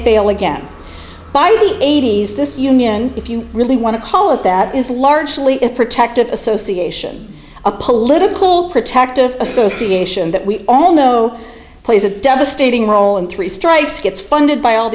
fail again by the eighty's this union if you really want to call it that is largely a protective association a political protective association that we all know plays a devastating role in three strikes gets funded by all